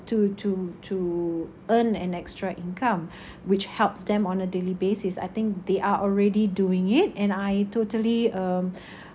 to to to earn an extra income which helps them on a daily basis I think they are already doing it and I totally um